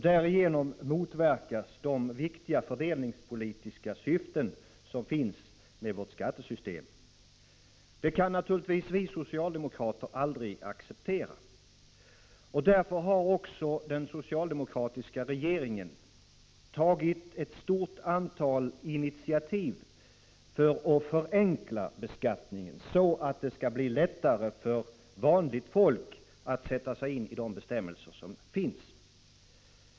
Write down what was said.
Därigenom motverkas det viktiga fördelningspolitiska syftet med vårt skattesystem. Det kan vi socialdemokrater aldrig acceptera. Därför har också den socialdemokratiska regeringen tagit ett stort antal initiativ till att förenkla beskattningen, så att det skall bli lättare för vanligt folk att sätta sig in i de bestämmelser som finns.